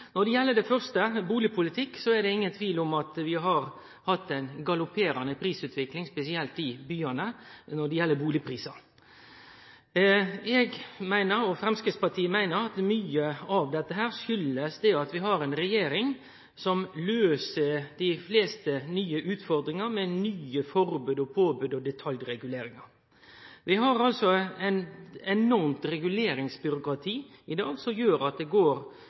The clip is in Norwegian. at vi har hatt ei galopperande prisutvikling spesielt i byane på bustader. Eg og Framstegspartiet meiner at mykje av dette kjem av at vi har ei regjering som løyser dei fleste nye utfordringane med nye forbod, påbod og detaljreguleringar. Vi har eit enormt reguleringsbyråkrati i dag, som gjer at det